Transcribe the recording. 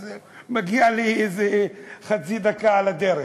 אז מגיעה לי איזו חצי דקה על הדרך.